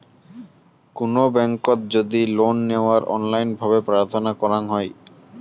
কুনো ব্যাংকোত যদি লোন নেওয়ার অনলাইন ভাবে প্রার্থনা করাঙ হই